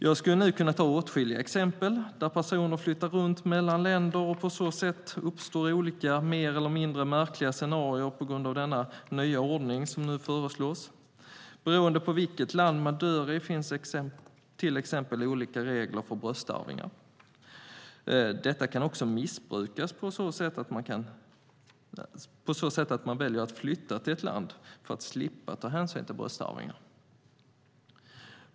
Jag skulle nu kunna ta upp åtskilliga exempel där personer flyttar runt mellan länder. På så sätt uppstår olika mer eller mindre märkliga scenarier på grund av denna nya ordning som nu föreslås. Beroende på vilket land man dör i finns till exempel olika regler för bröstarvingar. Detta kan också missbrukas på så sätt att man väljer att flytta till ett land för att slippa ta hänsyn till bröstarvingar.